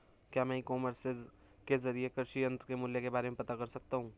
क्या मैं e commerce के ज़रिए कृषि यंत्र के मूल्य के बारे में पता कर सकता हूँ?